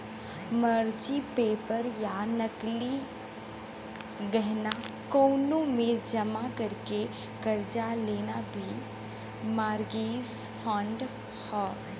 फर्जी पेपर या नकली गहना बैंक में जमा करके कर्जा लेना भी मारगेज फ्राड हौ